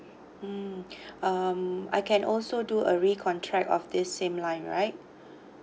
mm um I can also do a re-contract of this same line right